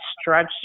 stretch